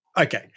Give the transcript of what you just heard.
Okay